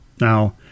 now